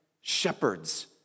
shepherds